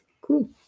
Cool